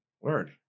Word